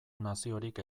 naziorik